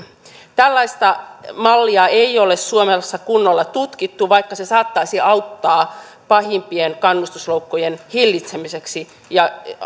tällaista mallia ei ole suomessa kunnolla tutkittu vaikka se saattaisi auttaa pahimpien kannustusloukkujen hillitsemisessä ja